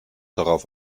darauf